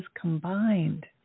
combined